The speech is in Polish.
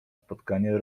spotkanie